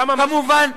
אתה ממש,